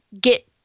get